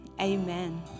amen